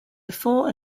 before